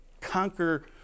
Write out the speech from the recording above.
conquer